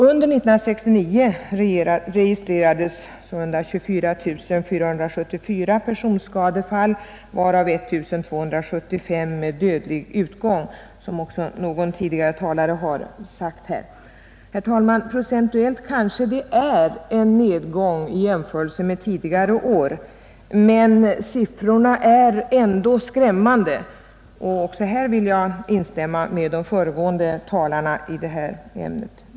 Under 1969 registrerades sålunda 24 474 personskadefall, varav 1275 med dödlig utgång, vilket också någon tidigare talare har nämnt. Herr talman! Procentuellt kanske det är en nedgång i jämförelse med tidigare år, men siffrorna är ändå skrämmande =— här vill jag instämma med de föregående talarna i ämnet.